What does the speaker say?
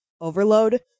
overload